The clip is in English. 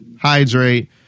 hydrate